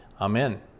Amen